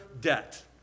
debt